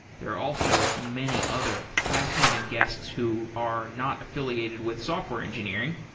there are also many other fascinating guests who are not affiliated with software engineering,